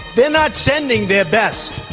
they are not sending their best,